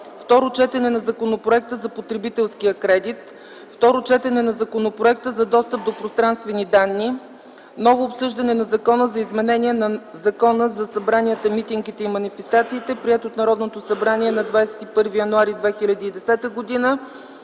Второ четене на Законопроекта за потребителския кредит. 4. Второ четене на Законопроекта за достъп до пространствени данни. 5. Ново обсъждане на Закона за изменение на Закона за събранията, митингите и манифестациите, приет от Народното събрание на 21 януари 2010 г.